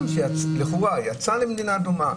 שאדם שיוצא למדינה אדומה,